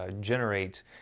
generate